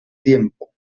tiempo